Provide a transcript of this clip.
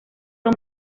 son